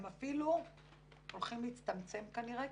הם אפילו הולכים להצטמצם כנראה,